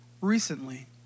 Recently